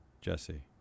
jesse